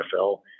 NFL